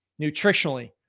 nutritionally